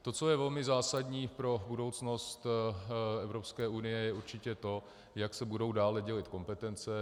To, co je velmi zásadní pro budoucnost Evropské unie, je určitě to, jak se budou dále dělit kompetence.